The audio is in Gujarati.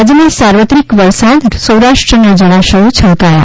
રાજ્યમાં સાર્વત્રિક વરસાદ સૌરાષ્ટ્રના જળાશયો છલકાયા